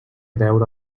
veure